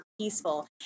peaceful